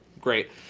Great